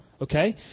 Okay